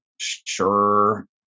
Sure